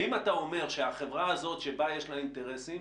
האם אתה אומר שהחברה הזאת שבה יש לה אינטרסים